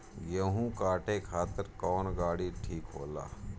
गेहूं काटे खातिर कौन गाड़ी ठीक होला?